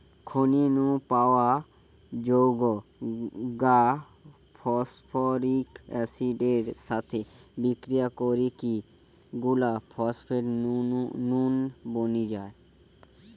খনি নু পাওয়া যৌগ গা ফস্ফরিক অ্যাসিড এর সাথে বিক্রিয়া করিকি গুলা ফস্ফেট নুন বনি যায়